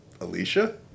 Alicia